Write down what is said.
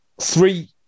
three